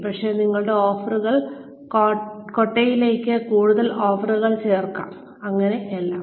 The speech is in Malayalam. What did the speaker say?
ഒരുപക്ഷേ നിങ്ങളുടെ ഓഫറുകളുടെ കൊട്ടയിലേക്ക് കൂടുതൽ ഓഫറുകൾ ചേർക്കാം അങ്ങനെ എല്ലാം